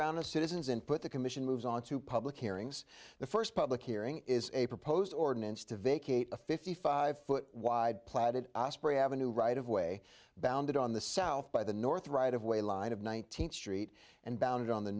round of citizens and put the commission moves on to public hearings the first public hearing is a proposed ordinance to vacate a fifty five foot wide platted osprey avenue right of way back and on the south by the north right of way line of nineteenth street and bounded on the